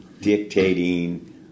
dictating